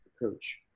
approach